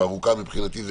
ומבחינתי,